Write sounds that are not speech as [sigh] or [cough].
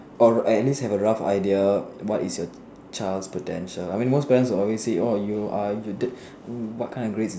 or at least have a rough idea what is your child's potential I mean most parents will always say orh you are you [noise] what kind of grades